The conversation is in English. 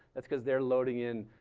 that's because they're loading in.